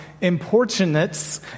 importunate